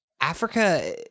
Africa